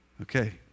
Okay